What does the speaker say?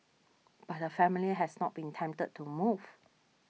but her family has not been tempted to move